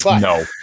No